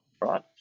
right